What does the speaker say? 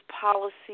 policy